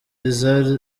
iza